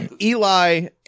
Eli